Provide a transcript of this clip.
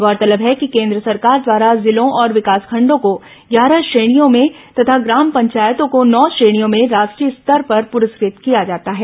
गौरतलब है कि केन्द्र सरकार द्वारा जिलों और विकासखंडों को ग्यारह श्रेणियों में तथा ग्राम पंचायतों को नौ श्रेणियों में राष्ट्रीय स्तर पर पुरस्कृत किया जाता है